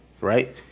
right